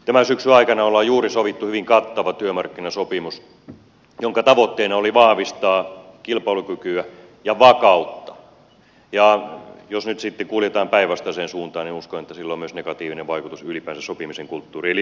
tämän syksyn aikana on juuri sovittu hyvin kattava työmarkkinasopimus jonka tavoitteena oli vahvistaa kilpailukykyä ja vakautta ja jos nyt sitten kuljetaan päinvastaiseen suuntaan niin uskon että sillä on negatiivinen vaikutus ylipäänsä sopimisen kulttuuriin